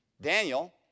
Daniel